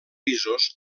pisos